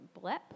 blip